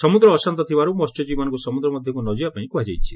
ସମ୍ଭଦ୍ର ଅଶାନ୍ତ ଥିବାରୁ ମହ୍ୟଜୀବୀମାନଙ୍ଙୁ ସମ୍ଭଦ୍ର ମଧ୍ଧକୁ ନ ଯିବାପାଇଁ କୁହାଯାଇଛି